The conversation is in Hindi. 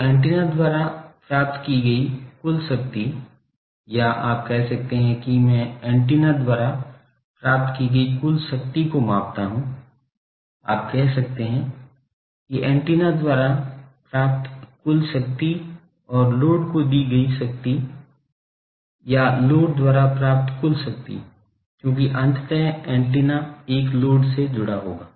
तो एंटीना द्वारा प्राप्त की गई कुल शक्ति या आप कह सकते हैं कि मैं एंटीना द्वारा प्राप्त की गई कुल शक्ति को कैसे मापता हूं आप कह सकते हैं कि एंटीना द्वारा प्राप्त कुल शक्ति और लोड को को दी गयी शक्ति या लोड द्वारा प्राप्त कुल शक्ति क्योंकि अंततः एंटीना एक लोड से जुड़ा होगा